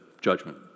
judgment